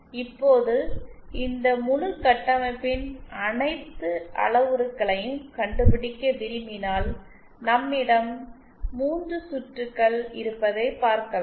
இப்போது இந்த முழு கட்டமைப்பின் அனைத்து அளவுருக்களைக் கண்டுபிடிக்க விரும்பினால் நம்மிடம் 3 சுற்றுகள் இருப்பதைக் பார்க்கலாம்